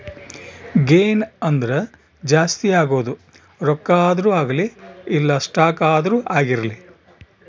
gain ಅಂದ್ರ ಜಾಸ್ತಿ ಆಗೋದು ರೊಕ್ಕ ಆದ್ರೂ ಅಗ್ಲಿ ಇಲ್ಲ ಸ್ಟಾಕ್ ಆದ್ರೂ ಆಗಿರ್ಲಿ